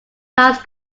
class